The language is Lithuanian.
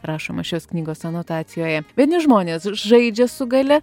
rašoma šios knygos anotacijoje vieni žmonės žaidžia su galia